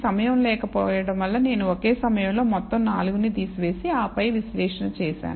సమయం లేకపోవడం వల్ల నేను ఒకే సమయంలో మొత్తం 4 ని తీసివేసి ఆపై విశ్లేషణ చేసాను